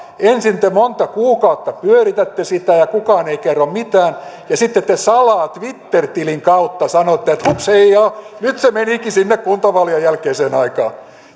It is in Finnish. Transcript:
ensin te monta kuukautta pyöritätte sitä ja kukaan ei kerro mitään ja sitten te salaa twitter tilin kautta sanotte että hupsheijaa nyt se menikin sinne kuntavaalien jälkeiseen aikaan